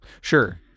Sure